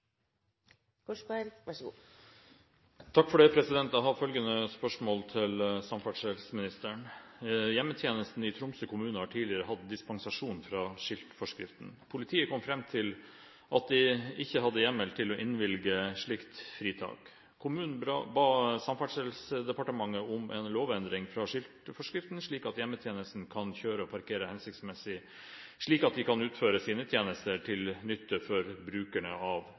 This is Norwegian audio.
at de ikke hadde hjemmel til å innvilge slikt fritak. Kommunen ba Samferdselsdepartementet om en lovendring fra skiltforskriften slik at hjemmetjenesten kan kjøre og parkere hensiktsmessig, slik at de kan utføre sine tjenester til nytte for brukerne av